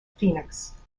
phoenix